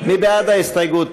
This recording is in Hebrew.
מי בעד ההסתייגות?